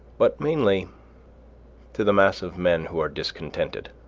but mainly to the mass of men who are discontented,